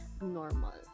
normal